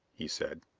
he said.